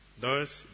Thus